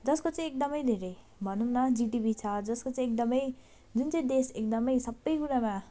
जसको चाहिँ एकदम धेरै भनौँं न जिडिपी छ जसको चाहिँ एकदम जुन चाहिँ देश एकदम सबै कुरामा